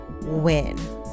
win